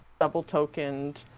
double-tokened